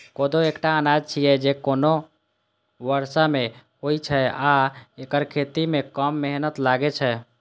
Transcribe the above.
कोदो एकटा अनाज छियै, जे कमो बर्षा मे होइ छै आ एकर खेती मे कम मेहनत लागै छै